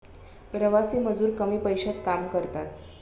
प्रवासी मजूर कमी पैशात काम करतात